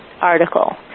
article